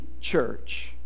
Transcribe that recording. church